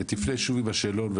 היא תפנה שוב עם השאלון.